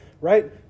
Right